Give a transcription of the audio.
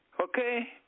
Okay